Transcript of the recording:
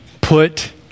put